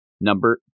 number